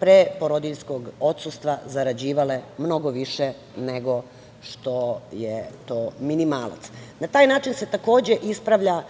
pre porodiljskog odsustva zarađivale mnogo više, nego što je to minimalac. Na taj način se ispravlja